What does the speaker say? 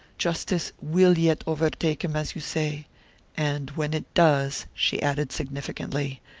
justice will yet overtake him, as you say and when it does, she added, significantly,